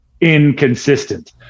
inconsistent